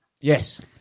Yes